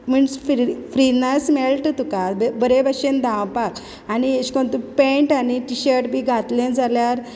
मनीस फिरिरी फ्रिनेस मेळट तुका बे बरे भशेन धावपाक आनी एश कोन तूं पॅण्ट आनी टिशर्ट बी घातलें जाल्यार